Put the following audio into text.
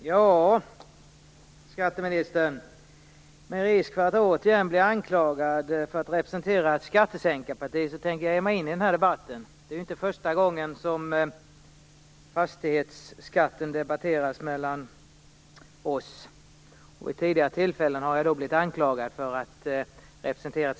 Fru talman! Skatteministern! Med risk för att återigen bli anklagad för att representera ett skattesänkarparti tänker jag ge mig in i debatten. Det är inte första gången fastighetsskatten debatteras av oss, och vid tidigare tillfällen har jag blivit anklagad just för detta.